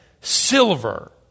silver